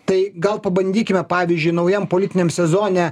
tai gal pabandykime pavyzdžiui naujam politiniam sezone